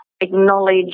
acknowledge